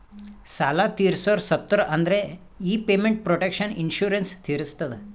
ಸಾಲಾ ತೀರ್ಸೋರು ಸತ್ತುರ್ ಅಂದುರ್ ಈ ಪೇಮೆಂಟ್ ಪ್ರೊಟೆಕ್ಷನ್ ಇನ್ಸೂರೆನ್ಸ್ ತೀರಸ್ತದ